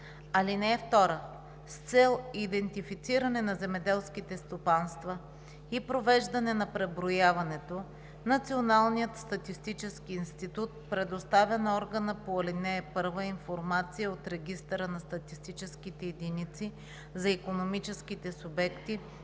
„а“. (2) С цел идентифициране на земеделските стопанства и провеждане на преброяването Националният статистически институт предоставя на органа по ал. 1 информация от Регистъра на статистическите единици за икономическите субекти,